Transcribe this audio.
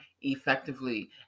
effectively